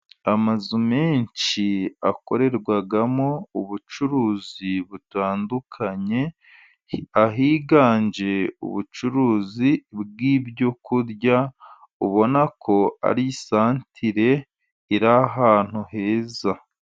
Amazu menshi akorerwamo ubucuruzi butandukanye, ahiganje ubucuruzi bw’ibyo kurya, ubona ko ari isantire iri ahantu heza.